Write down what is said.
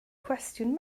cwestiwn